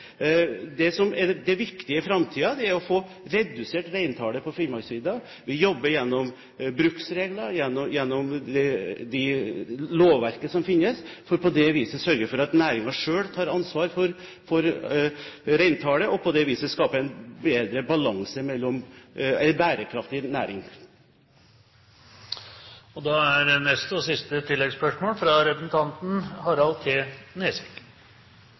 Det som er det viktige i framtiden, er å få redusert reintallet på Finnmarksvidda. Vi jobber gjennom bruksregler, og gjennom det lovverket som finnes, for på det viset å sørge for at næringen selv tar ansvar for reintallet, og på det viset skape en bærekraftig næring. Harald T. Nesvik – til oppfølgingsspørsmål. Jeg vil sterkt oppfordre landbruksministeren til å lese referatet fra